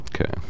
Okay